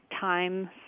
time